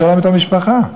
משלמת המשפחה.